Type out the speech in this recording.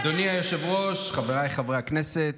אדוני היושב-ראש, חבריי חברי הכנסת,